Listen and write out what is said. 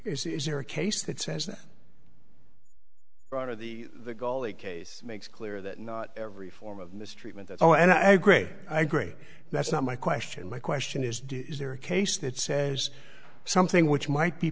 persecution is there a case that says that right of the the goal the case makes clear that not every form of mistreatment at all and i agree i agree that's not my question my question is is there a case that says something which might be